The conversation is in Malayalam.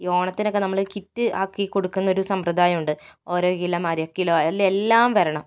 ഈ ഓണത്തിനൊക്കെ നമ്മൾ കിറ്റ് ആക്കി കൊടുക്കുന്നൊരു സമ്പ്രദായം ഉണ്ട് ഓരോ കിലോ അര കിലോ എല്ലെ എല്ലാം വരണം